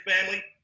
family